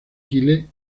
kyle